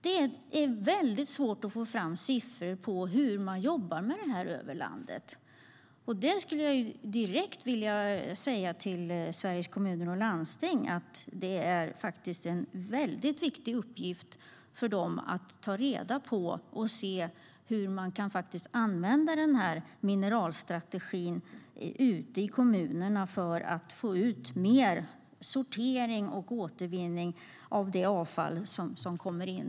Det är väldigt svårt att få fram siffror på hur man jobbar med detta över landet. Jag skulle vilja säga direkt till Sveriges Kommuner och Landsting att det är en väldigt viktig uppgift för dem att ta reda på hur man kan använda mineralstrategin ute i kommunerna för att få ut mer sortering och återvinning av det avfall som kommer in.